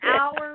hours